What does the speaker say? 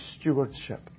stewardship